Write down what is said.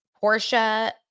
Portia